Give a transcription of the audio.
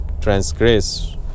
transgress